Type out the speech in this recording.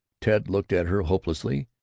ted looked at her hopelessly,